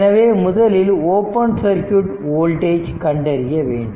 எனவே முதலில் open circuit voltage கண்டறிய வேண்டும்